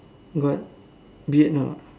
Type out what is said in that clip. got beard or not